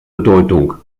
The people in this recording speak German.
bedeutung